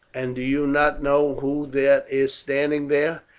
and do you not know who that is standing there?